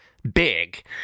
big